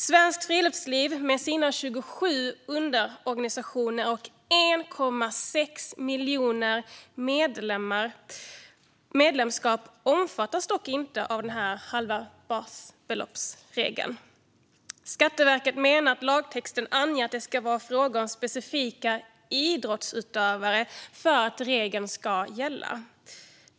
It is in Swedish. Svenskt friluftsliv med sina 27 underorganisationer och 1,6 miljoner medlemskap omfattas dock inte av regeln om halvt basbelopp. Skatteverket menar att lagtexten anger att det ska vara fråga om specifika idrottsutövare för att regeln ska gälla.